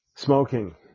Smoking